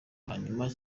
hanyuma